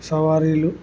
సవారీలు